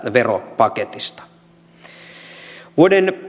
veropaketista vuoden